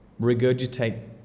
regurgitate